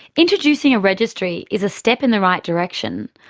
introducing a registry is a step in the right direction,